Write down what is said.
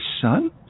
son